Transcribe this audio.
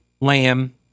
lamb